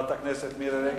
חברת הכנסת מירי רגב?